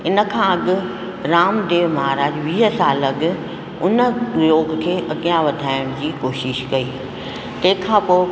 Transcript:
इनखां अॻि राम देव महाराज वीह साल अॻि उन योग खे अॻियां वधाइण जी कोशिश कई तंहिंखां पोइ